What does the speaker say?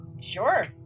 sure